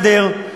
גדר,